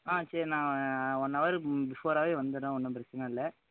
ஆ சரி நான் ஒன் ஹவருக்கு பிஃபோராகவே வந்துடுறேன் ஒன்றும் பிரச்சனை இல்லை